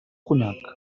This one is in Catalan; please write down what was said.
conyac